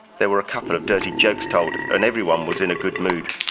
there were a couple of dirty jokes told, and everyone was in a good mood.